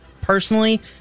personally